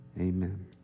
Amen